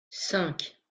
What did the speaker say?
cinq